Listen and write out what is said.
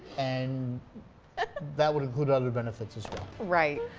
and that would include other benefits right.